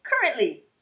currently